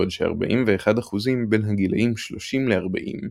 בעוד ש-41% בין הגילאים 30-40,